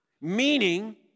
Meaning